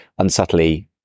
unsubtly